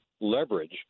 leverage